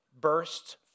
bursts